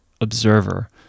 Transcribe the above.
observer